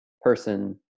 person